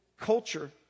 culture